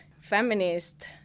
feminist